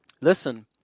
Listen